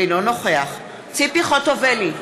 אינו נוכח ציפי חוטובלי,